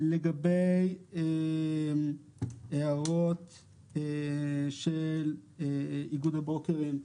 לגבי הערות של איגוד הברוקרים,